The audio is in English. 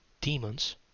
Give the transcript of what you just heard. demons